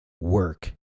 work